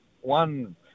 one